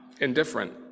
indifferent